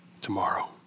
tomorrow